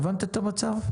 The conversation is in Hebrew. הבנת את המצב?